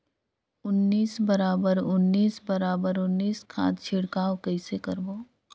उन्नीस बराबर उन्नीस बराबर उन्नीस खाद छिड़काव कइसे करबो?